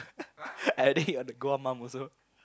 I already hit on the mum also